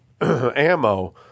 ammo